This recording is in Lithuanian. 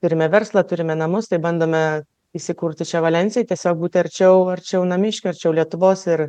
turime verslą turime namus tai bandome įsikurti čia valensijoj tiesiog būti arčiau arčiau namiškių arčiau lietuvos ir